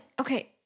Okay